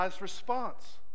response